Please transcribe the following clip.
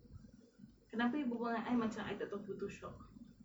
kenapa you berbual dengan I macam I tak tahu photoshop